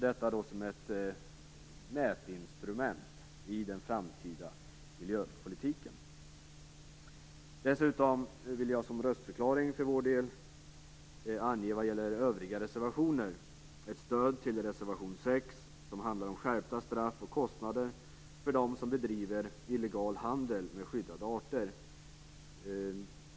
Detta är avsett som ett mätinstrument i den framtida miljöpolitiken. Dessutom vill jag som röstförklaring för vår del vad gäller övriga reservationer ge ett stöd till reservation 6, som handlar om skärpta straff och kostnader för dem som bedriver illegal handel med skyddade arter.